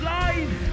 life